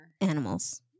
Animals